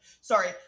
Sorry